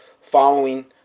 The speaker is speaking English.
following